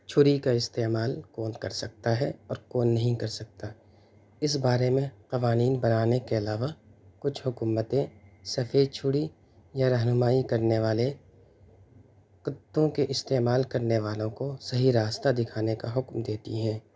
چھری کا استعمال کون کر سکتا ہے اور کون نہیں کر سکتا اس بارے میں قوانین بنانے کے علاوہ کچھ حکومتیں سفید چھری یا رہنمائی کرنے والے کتوں کے استعمال کرنے والوں کو صحیح راستہ دکھانے کا حکم دیتی ہیں